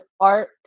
art